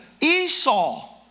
Esau